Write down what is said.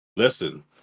listen